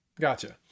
Gotcha